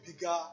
bigger